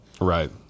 Right